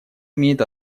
имеет